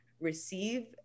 receive